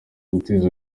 guteza